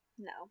No